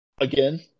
again